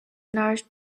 nourished